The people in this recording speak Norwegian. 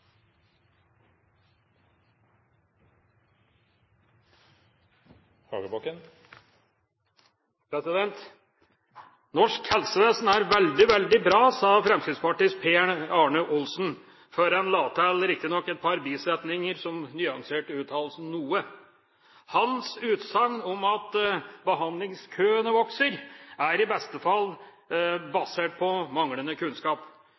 hus. Norsk helsevesen er veldig, veldig bra, sa Fremskrittspartiets Per Arne Olsen, før han riktignok la til et par bisetninger som nyanserte uttalelsen noe. Hans utsagn om at behandlingskøene vokser, er i beste fall basert på manglende kunnskap.